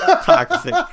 Toxic